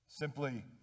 Simply